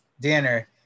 dinner